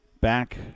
Back